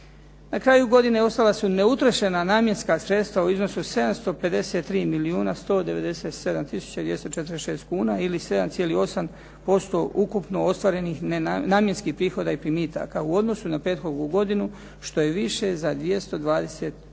Na kraju godine ostala su neutrošena namjenska sredstva u iznosu 753 milijuna 197 tisuća i 246 kuna ili 7,8% ukupno ostvarenih namjenskih prihoda i primitaka u odnosu na prethodnu godinu što je više za 220,